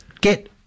get